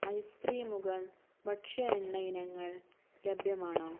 ice ക്രീമുകൾ ഭക്ഷ്യ എണ്ണ ഇനങ്ങൾ ലഭ്യമാണോ